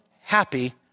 happy